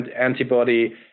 antibody